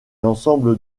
ensemble